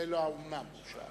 נדמה